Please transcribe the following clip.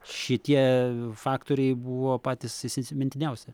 šitie faktoriai buvo patys įsisimintiniausi